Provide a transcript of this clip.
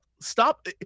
stop